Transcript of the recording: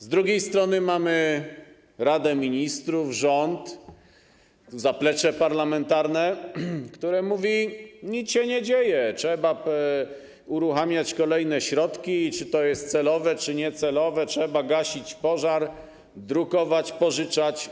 Z drugiej strony mamy Radę Ministrów, rząd, zaplecze parlamentarne, którzy mówią: nic się nie dzieje, trzeba uruchamiać kolejne środki, czy to jest celowe, czy niecelowe, trzeba gasić pożar, drukować, pożyczać.